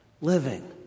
living